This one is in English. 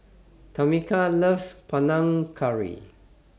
Tameka loves Panang Curry